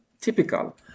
typical